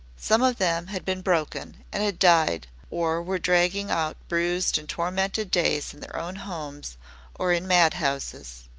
some of them had been broken and had died or were dragging out bruised and tormented days in their own homes or in mad-houses.